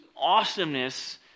awesomeness